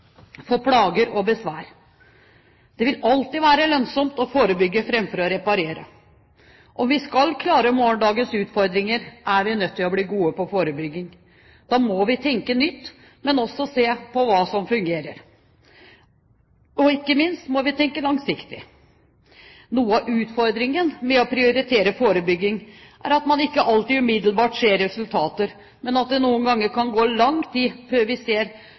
for plager og besvær. Det vil alltid være lønnsomt å forebygge framfor å reparere. Om vi skal klare morgendagens utfordringer, er vi nødt til å bli gode på forebygging. Da må vi både tenke nytt og også se på hva som fungerer. Ikke minst må vi tenke langsiktig. Noe av utfordringen med å prioritere forebygging er at man ikke alltid umiddelbart ser resultater, men at det noen ganger kan gå lang tid før vi ser